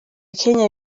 kenya